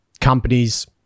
companies